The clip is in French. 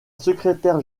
secrétaire